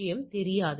எனவே இருமுனை 95